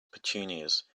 petunias